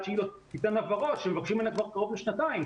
שהיא לא תיתן הבהרות שמבקשים ממנה כבר קרוב לשנתיים.